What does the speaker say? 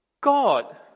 God